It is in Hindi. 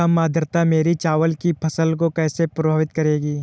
कम आर्द्रता मेरी चावल की फसल को कैसे प्रभावित करेगी?